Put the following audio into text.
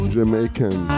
Jamaican